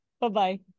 Bye-bye